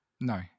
No